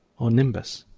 or nimbus,